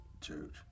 church